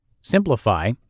Simplify